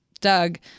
Doug